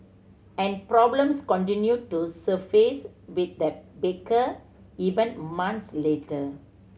and problems continued to surface with the baker even months later